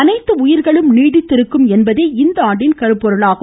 அனைத்து உயிர்களும் நீடித்து இருக்கும் என்பதே இந்த ஆண்டின் கருப்பொருளாகும்